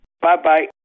Bye-bye